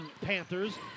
Panthers